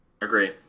Agree